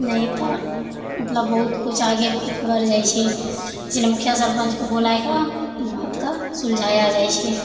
नही तऽ मतलब बहुत किछु आगे बात बढ़ि जाइ छै इसलिए मुखिया सरपञ्च को बुलाए के बात कऽ सुलझाया जाइ छै